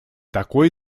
такой